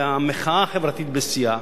והמחאה החברתית בשיאה.